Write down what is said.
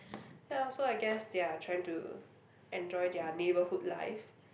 ya so I guess they are trying to enjoy their neighbourhood life